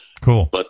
Cool